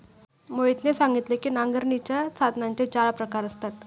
मोहितने सांगितले की नांगरणीच्या साधनांचे चार प्रकार असतात